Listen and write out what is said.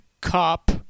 cop